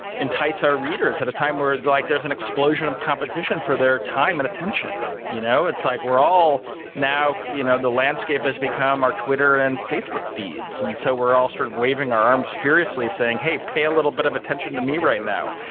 entice our readers at a time where like there's an explosion of competition for their time and attention. you know it's like we're all now you know the landscape has become our twitter and and facebook feeds. and so we're all sort of waving our arms furiously saying, hey, pay a little bit of attention to me right now.